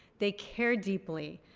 they care deeply.